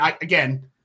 again